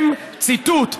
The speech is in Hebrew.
ציטוט,